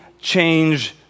change